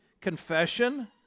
Confession